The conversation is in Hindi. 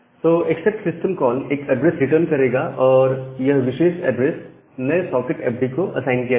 तो एक्सेप्ट सिस्टम कॉल एक एड्रेस रिटर्न करेगा और यह विशेष एड्रेस नए सॉकेट एफडी को असाइन किया जाएगा